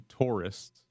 tourists